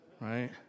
right